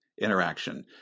interaction